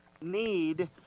need